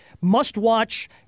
must-watch